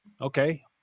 Okay